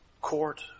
court